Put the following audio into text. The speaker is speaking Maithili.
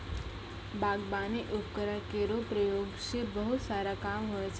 बागबानी उपकरण केरो प्रयोग सें बहुत सारा काम होय छै